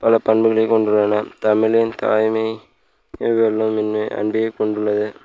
பல பண்புகளை கொண்டுள்ளன தமிழின் தாய்மை கொண்டுள்ளது